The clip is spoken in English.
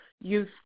youth